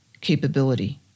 capability